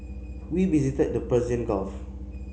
we visited the Persian Gulf